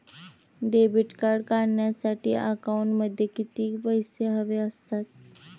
Debit card काढण्यासाठी अकाउंटमध्ये किती पैसे हवे असतात?